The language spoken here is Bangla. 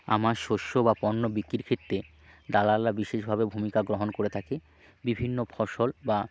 আমার শস্য বা পণ্য বিক্রির ক্ষেত্রে দালালরা বিশেষভাবে ভূমিকা গ্রহণ করে থাকে বিভিন্ন ফসল বা